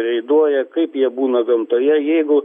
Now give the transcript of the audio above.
reiduoja kaip jie būna gamtoje jeigu